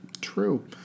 True